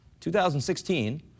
2016